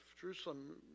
Jerusalem